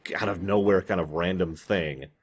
out-of-nowhere-kind-of-random-thing